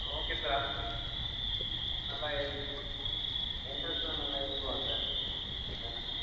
okay sir அது நல்லா எழுதுவான் எண்ட்ரன்ஸ்லாம் நல்லா எழுதுவான் சார் வேணாம்